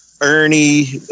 Ernie